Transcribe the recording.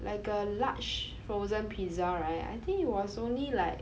like a large frozen pizza right I think it was only like